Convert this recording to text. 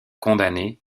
condamnés